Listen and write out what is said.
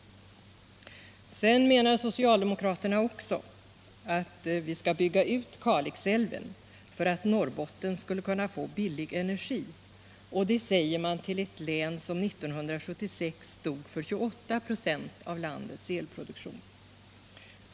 Sedan menar socialdemokraterna också att vi skall bygga ut Kalixälven för att Norrbotten skall kunna få billig energi. Och det säger man till ett län som 1976 stod för 28 26 av landets elproduktion!